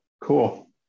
Cool